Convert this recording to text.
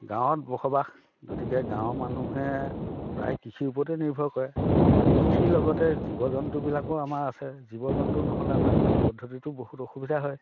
গাঁৱত বসবাস গতিকে গাঁৱৰ মানুহে প্ৰায় কৃষিৰ ওপৰতে নিৰ্ভৰ কৰে কৃষিৰ লগতে জীৱ জন্তুবিলাকো আমাৰ আছে জীৱ জন্তু নহ'লে আমাৰ কৃষি পদ্ধতিটো বহুত অসুবিধা হয়